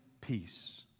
peace